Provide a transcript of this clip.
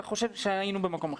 אני חושב שהיינו במקום אחר.